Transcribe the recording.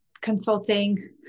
consulting